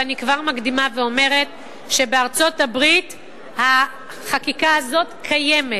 ואני כבר מקדימה ואומרת שבארצות-הברית החקיקה הזאת קיימת.